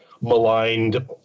maligned